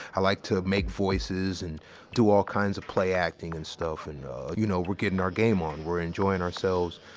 i like to make voices and do all kinds of play acting and stuff. and you know, we're getting our game on. we're enjoying ourselves.